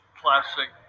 classic